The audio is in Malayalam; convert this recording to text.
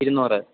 ഇരുന്നൂറ് ആ